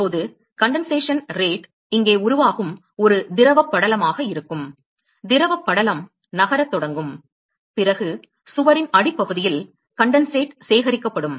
இப்போது condensation rate இங்கே உருவாகும் ஒரு திரவப் படலமாக இருக்கும் திரவப் படலம் நகரத் தொடங்கும் பிறகு சுவரின் அடிப்பகுதியில் கன்டென்சேட் சேகரிக்கப்படும்